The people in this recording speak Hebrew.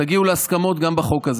תגיעו להסכמות גם בחוק הזה.